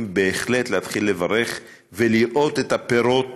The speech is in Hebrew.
בהחלט להתחיל לברך ולראות את הפירות